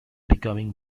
becoming